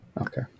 Okay